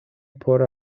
por